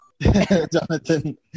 Jonathan